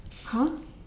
!huh!